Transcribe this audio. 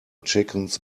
chickens